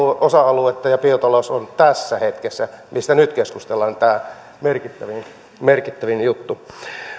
osa aluetta ja biotalous on tässä hetkessä mistä nyt keskustellaan tämä merkittävin juttu